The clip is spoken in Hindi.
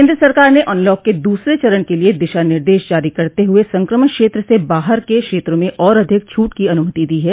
केंद्र सरकार ने अनलॉक के दूसरे चरण के लिए दिशा निर्देश जारी करते हुए संक्रमण क्षेत्र से बाहर के क्षेत्रों में और अधिक छूट की अनुमति दी है